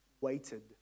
waited